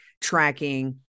tracking